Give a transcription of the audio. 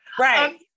Right